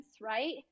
right